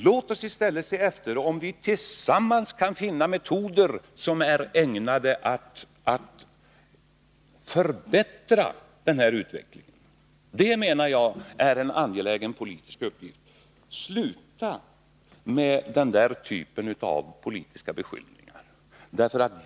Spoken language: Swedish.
Låt oss i stället se efter om vi tillsammans kan finna metoder som är ägnade att förbättra utvecklingen. Det är en enligt min mening angelägen politisk uppgift. Sluta upp med detta slag av politiska beskyllningar!